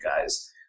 guys